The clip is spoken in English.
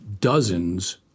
dozens